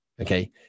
Okay